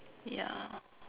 yeah